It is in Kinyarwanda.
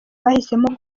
bahisemo